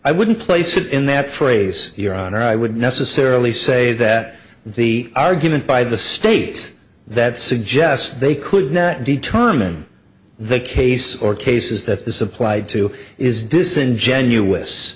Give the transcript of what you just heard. i wouldn't place it in that phrase your honor i would necessarily say that the argument by the state that suggests they could not determine the case or cases that this applied to is disingenuous